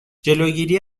جلوگیری